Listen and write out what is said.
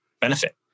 benefit